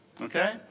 Okay